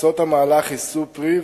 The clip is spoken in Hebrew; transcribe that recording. תוצאות המהלך יישאו פרי,